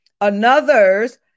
Another's